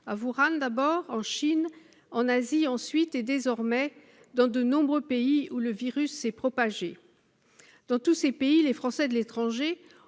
dans toute la Chine, en Asie ensuite, et désormais dans de nombreux pays où le virus s'est propagé. Dans tous ces pays, les Français de l'étranger